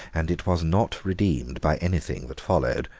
and it was not redeemed by anything that followed.